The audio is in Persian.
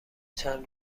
چند